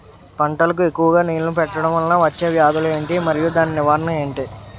పంటలకు ఎక్కువుగా నీళ్లను పెట్టడం వలన వచ్చే వ్యాధులు ఏంటి? మరియు దాని నివారణ ఏంటి?